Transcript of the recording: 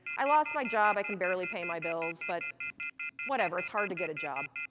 i lost my job, i can barely pay my bills, but whatever it's hard to get a job.